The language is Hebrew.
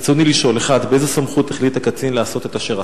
רצוני לשאול: 1. באיזו סמכות החליט הקצין לעשות את אשר עשה?